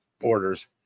orders